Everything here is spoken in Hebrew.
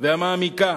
והמעמיקה